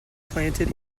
planted